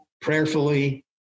prayerfully